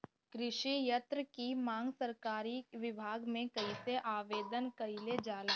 कृषि यत्र की मांग सरकरी विभाग में कइसे आवेदन कइल जाला?